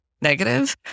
negative